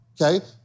Okay